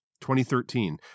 2013